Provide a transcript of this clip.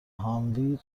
هانوی